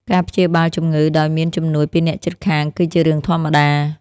ការព្យាបាលជំងឺដោយមានជំនួយពីអ្នកជិតខាងគឺជារឿងធម្មតា។